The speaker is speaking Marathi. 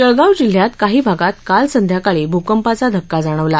जळगाव जिल्ह्यात काही भागांत काल संध्याकाळी भूकंपाचा धक्का जाणवला